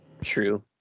True